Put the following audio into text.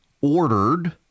ordered